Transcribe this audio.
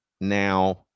now